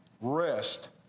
rest